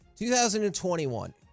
2021